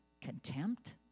contempt